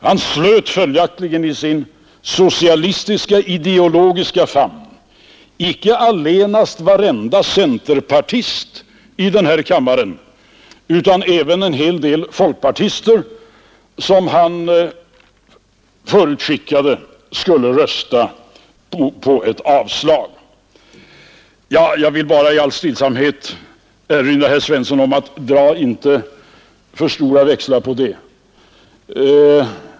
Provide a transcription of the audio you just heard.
Han slöt följaktligen i sin socialistiska ideologiska famn icke allenast varenda centerpartist i den här kammaren utan även en hel del folkpartister, som han förutskickade skulle rösta för ett avslag på förslaget. Jag vill bara i all stillsamhet säga till herr Svensson, att dra inte för stora växlar på detta.